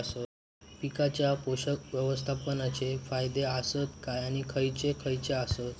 पीकांच्या पोषक व्यवस्थापन चे फायदे आसत काय आणि खैयचे खैयचे आसत?